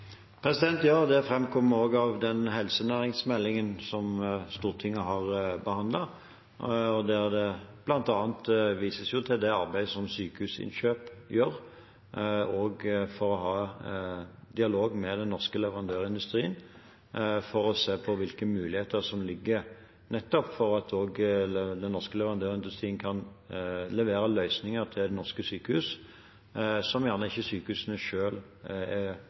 Ja, det framkommer også av den helsenæringsmeldingen som Stortinget har behandlet, der det bl.a. vises til det arbeidet som Sykehusinnkjøp gjør for å ha dialog med den norske leverandørindustrien for å se på hvilke muligheter som foreligger, nettopp for at også den norske leverandørindustrien kan levere løsninger til norske sykehus som sykehusene kanskje ikke etterspør selv, rett og slett fordi de ikke er